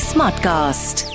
Smartcast